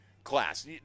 Class